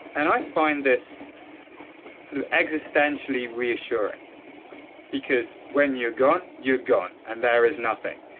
and i find this sort of existentially reassuring because when you're gone you're gone, and there is nothing.